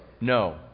No